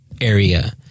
area